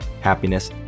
happiness